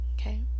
Okay